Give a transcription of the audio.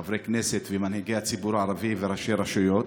חברי כנסת ומנהיגי הציבור הערבי וראשי רשויות.